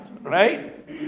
right